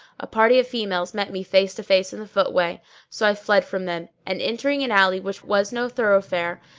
a party of females met me face to face in the footway so i fled from them and, entering an alley which was no thoroughfare,